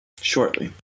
Shortly